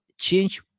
change